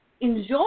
enjoy